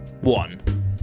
One